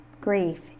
grief